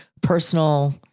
personal